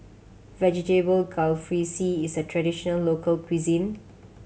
Vegetable Jalfrezi is a traditional local cuisine